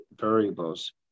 variables